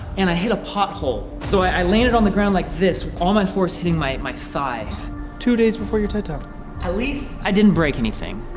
and i hit a pothole so i landed on the ground like this with all my force hitting my my thigh two days before your ted talk at least i didn't break anything